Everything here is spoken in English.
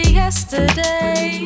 yesterday